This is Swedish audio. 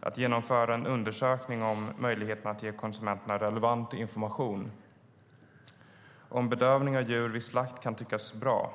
Att genomföra en undersökning om möjligheterna att ge konsumenterna relevant information om bedövning av djur vid slakt kan tyckas bra.